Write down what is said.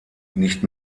nicht